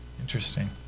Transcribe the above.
Interesting